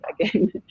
again